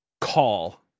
call